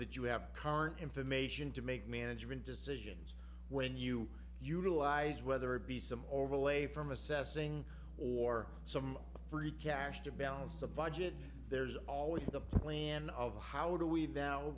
that you have current information to make management decisions when you utilize whether it be some overlay from assessing or some free cash to balance the budget there's always the plan of how do we now